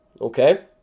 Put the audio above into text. okay